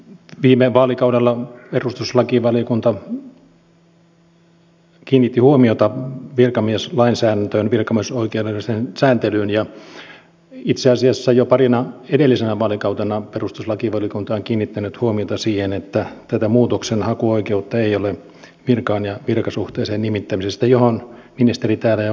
viime vaalikaudella perustuslakivaliokunta kiinnitti huomiota virkamieslainsäädäntöön virkamiesoikeudelliseen sääntelyyn ja itse asiassa jo parina edellisenä vaalikautena perustuslakivaliokunta on kiinnittänyt huomiota siihen että virkaan ja virkasuhteeseen nimittämisestä ei ole muutoksenhakuoikeutta mihin ministeri täällä jo viittasikin